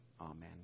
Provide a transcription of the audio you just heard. Amen